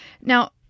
Now